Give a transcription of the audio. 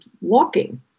walking